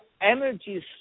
energy